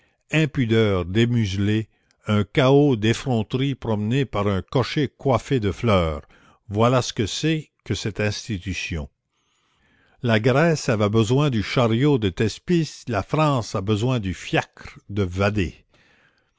impudeurs démuselées un chaos d'effronteries promené par un cocher coiffé de fleurs voilà ce que c'est que cette institution la grèce avait besoin du chariot de thespis la france a besoin du fiacre de vadé